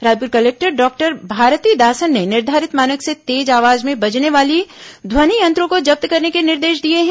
Raipur collector doctor Bharathidasan ने निर्धारित मानक से तेज आवाज में बजने वाले ध्वनि यंत्रों को जब्त करने के निर्देश दिए हैं